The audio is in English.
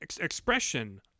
expression